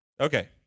Okay